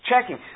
checking